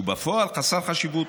ובפועל, חסר חשיבות.